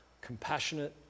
compassionate